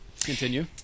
Continue